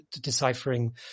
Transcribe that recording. deciphering